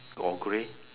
or grey